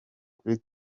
kuri